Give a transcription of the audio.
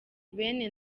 bene